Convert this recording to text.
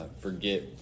forget